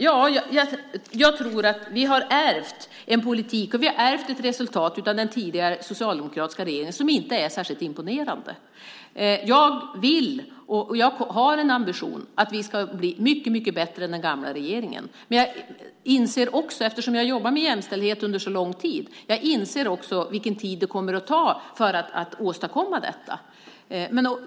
Ja, jag tror att vi har ärvt en politik, och vi har ärvt ett resultat av den tidigare socialdemokratiska regeringen som inte är särskilt imponerande. Jag vill, och jag har en ambition, att vi ska bli mycket bättre än den gamla regeringen. Men jag inser också, eftersom jag har jobbat med jämställdhet under så lång tid, vilken tid det kommer att ta för att åstadkomma detta.